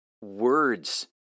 words